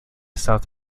south